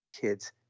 kids